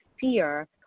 fear